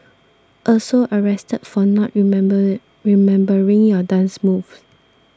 also arrested for not remember remembering your dance moves